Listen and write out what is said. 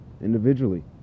individually